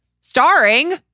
starring